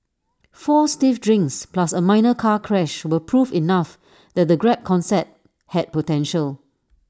four stiff drinks plus A minor car crash were proof enough that the grab concept had potential